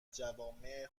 جوامع